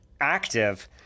active